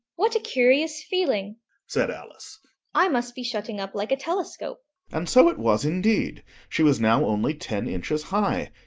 what a curious feeling said alice i must be shutting up like a telescope and so it was indeed she was now only ten inches high,